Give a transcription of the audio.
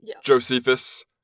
Josephus